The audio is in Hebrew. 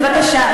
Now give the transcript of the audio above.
בבקשה.